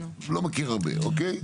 לא מכיר הרבה, אוקיי?